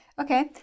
okay